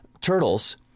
turtles